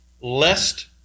lest